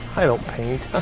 i don't paint.